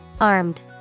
Armed